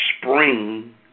spring